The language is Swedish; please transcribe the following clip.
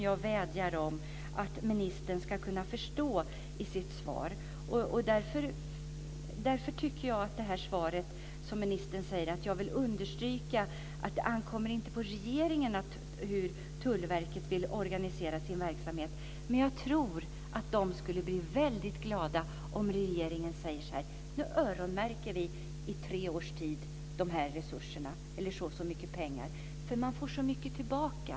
Jag vädjar om att ministern ska kunna förstå detta. Ministern säger i sitt svar: "Det ankommer inte på regeringen att fastställa hur Tullverket ska organisera sin verksamhet." Men jag tror att de skulle bli väldigt glada om regeringen sade att nu öronmärker vi i tre års tid en viss summa pengar. Man får då så mycket tillbaka.